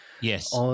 Yes